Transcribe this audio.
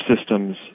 systems